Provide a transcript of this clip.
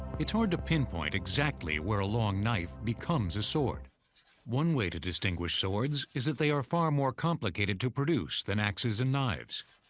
it's hard to pinpoint exactly where a long knife becomes a narrator sort of one way to distinguish swords is that they are far more complicated to produce than axes and knives.